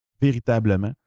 véritablement